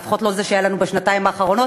לפחות לא זה שהיה לנו בשנתיים האחרונות,